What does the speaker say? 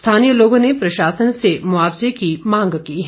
स्थानीय लोगों ने प्रशासन से मुआवजे की मांग की है